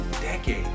decade